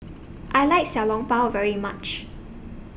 I like Xiao Long Bao very much